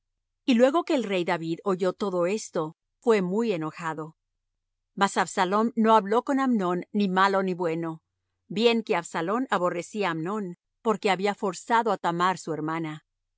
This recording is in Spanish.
y luego que el rey david oyó todo esto fué muy enojado mas absalom no habló con amnón ni malo ni bueno bien que absalom aborrecía á amnón porque había forzado á thamar su hermana